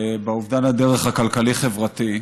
באובדן הדרך הכלכלית-חברתית.